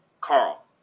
Carl